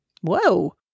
Whoa